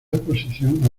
exposición